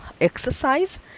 exercise